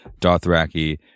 Dothraki